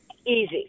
easy